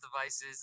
devices